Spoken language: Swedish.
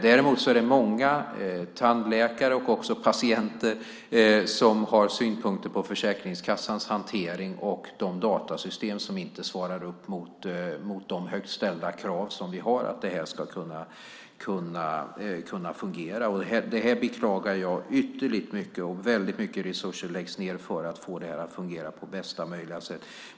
Däremot är det många, tandläkare och också patienter, som har synpunkter på Försäkringskassans hantering och de datasystem som inte svarar upp mot de högt ställda krav som vi har på att det här ska kunna fungera. Det beklagar jag ytterligt mycket, och väldigt mycket resurser läggs ned för att få det att fungera på bästa möjliga sätt.